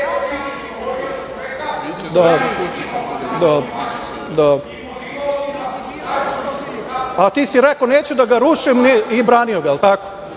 A ti si rekao – Neću da ga rušim i branio ga. Jel tako?